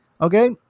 okay